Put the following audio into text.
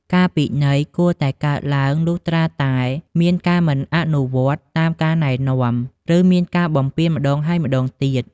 ការពិន័យគួរតែកើតឡើងលុះត្រាតែមានការមិនអនុវត្តតាមការណែនាំ ឬមានការបំពានម្តងហើយម្តងទៀត។